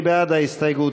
מי בעד ההסתייגות?